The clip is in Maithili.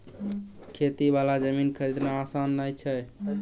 खेती वाला जमीन खरीदना आसान नय छै